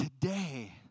Today